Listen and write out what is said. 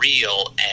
real